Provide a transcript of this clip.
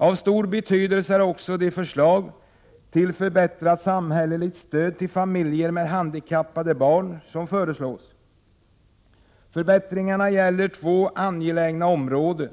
= Av stor betydelse är också de förslag till förbättrat samhälleligt stöd till familjer med handikappade barn som föreslås. Förbättringarna gäller två angelägna områden.